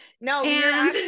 No